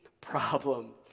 problem